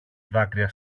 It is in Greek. δάκρυα